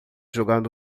jogando